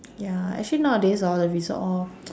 ya actually nowadays hor the resort all